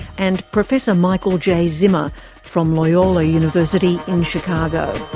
and professor michael j zimmer from loyola university in chicago.